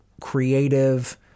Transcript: creative